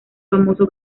famoso